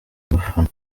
abafana